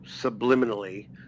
subliminally